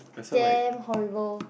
damn horrible